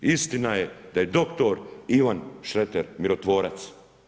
Istina je da je dr. Ivan Šreter mirotvorac.